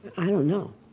i don't know